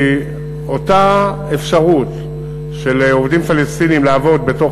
כי אותה אפשרות של עובדים פלסטינים לעבוד בתוך